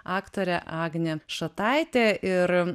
aktorė agnė šataitė ir